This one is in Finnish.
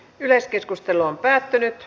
yleiskeskustelu päättyi